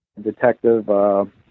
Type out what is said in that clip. Detective